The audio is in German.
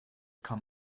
kaum